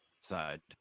side